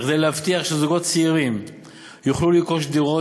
וכדי להבטיח שזוגות צעירים יוכלו לרכוש דירות,